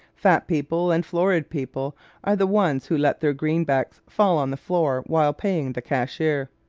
fat people and florid people are the ones who let their greenbacks fall on the floor while paying the cashier!